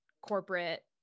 corporate